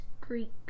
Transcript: Greek